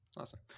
Awesome